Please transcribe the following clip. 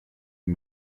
une